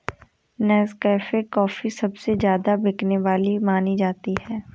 Nescafe coffee सबसे ज्यादा बिकने वाली मानी जाती है